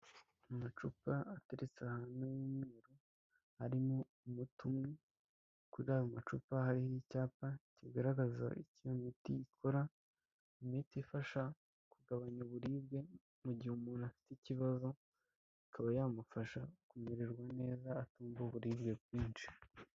Amacupa ateretse ahantu y'umweru arimo umuti umwe, kuri ayo macupa hariho icyapa kigaragaza icyo iyo imiti ikora, imiti ifasha kugabanya uburibwe mu gihe umuntu afite ikibazo, ikaba yamufasha kumererwa neza atumva uburibwe bwinshi.